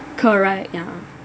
correct ya